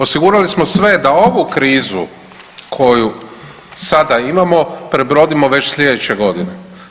Osigurali smo sve da ovu krizu koju sada imamo prebrodimo već sljedeće godine.